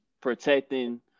protecting